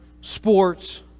sports